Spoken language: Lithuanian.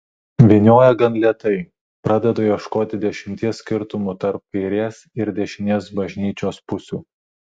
vynioja gan lėtai pradedu ieškoti dešimties skirtumų tarp kairės ir dešinės bažnyčios pusių